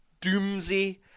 Doomsie